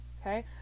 Okay